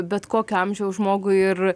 bet kokio amžiaus žmogui ir